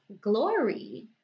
glory